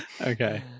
Okay